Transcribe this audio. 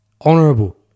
Honorable